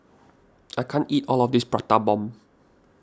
I can't eat all of this Prata Bomb